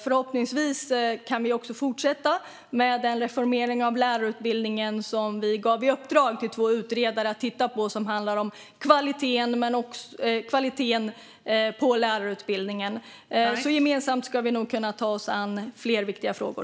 Förhoppningsvis kan vi också fortsätta med den reformering av lärarutbildningen som vi gav i uppdrag åt två utredare att titta på. Den utredningen handlar om kvaliteten på lärarutbildningen. Gemensamt ska vi nog kunna ta oss an fler viktiga frågor.